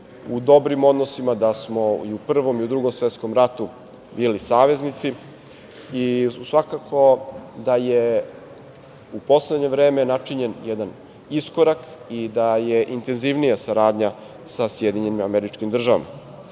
u dobrim odnosima, da smo i u Prvom i u Drugom svetskom ratu bili saveznici, i svakako da je u poslednje vreme načinjen jedan iskorak i da je intenzivnija saradnja sa SAD.Posebno moramo da